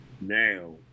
Now